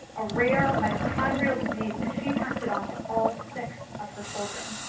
a rare mitochondrial disease, and she passed it on to all six of her children.